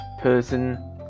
person